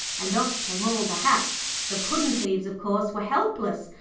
and off came all the hats. the puddin'-thieves, of course, were helpless.